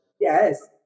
Yes